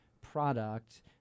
product